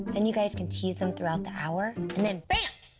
then you guys can tease them throughout the hour and then, bam!